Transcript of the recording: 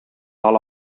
ala